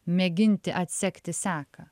mėginti atsekti seką